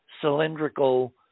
cylindrical